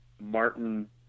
Martin